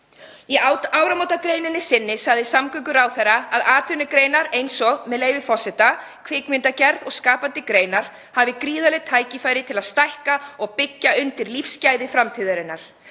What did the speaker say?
Í áramótagrein sinni sagði samgönguráðherra að atvinnugreinar eins og kvikmyndagerð og skapandi greinar hefðu gríðarleg tækifæri til að stækka og byggja undir lífsgæði framtíðarinnar.